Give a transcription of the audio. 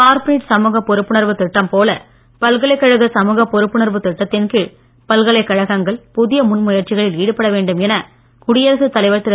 corporate சமூக பொறுப்புணர்வு திட்டம் போல பல்கலைக்கழக சமூக பொறுப்புணர்வுத் திட்டத்தின் கீழ் பல்கலைக்கழகங்கள் புதிய முன் முயற்சிகளில் ஈடுபட வேண்டும் என குடியரசுத் தலைவர் திரு